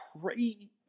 crazy